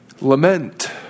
lament